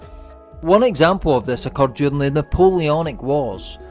one example of this occurred during the napoleonic wars,